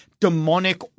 demonic